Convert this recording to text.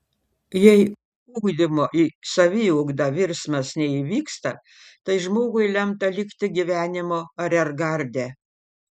jei ugdymo į saviugdą virsmas neįvyksta tai žmogui lemta likti gyvenimo ariergarde